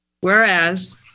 Whereas